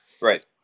Right